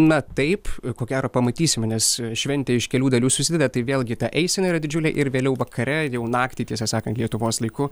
na taip ko gero pamatysime nes šventė iš kelių dalių susideda tai vėlgi ta eisena yra didžiulė ir vėliau vakare ir jau naktį tiesą sakant lietuvos laiku